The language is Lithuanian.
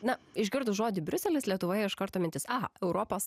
na išgirdus žodį briuselis lietuvoje iš karto mintis aha europos